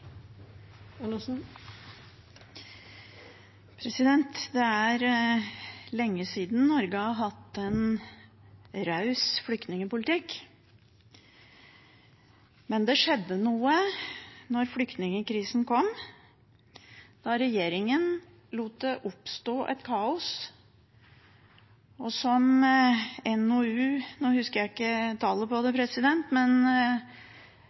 lenge siden Norge har hatt en raus flyktningpolitikk, men det skjedde noe da flyktningkrisen kom, da regjeringen lot det oppstå et kaos. NOU 2019:13, Når krisen inntreffer, altså avgitt i år, viser at det